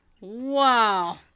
Wow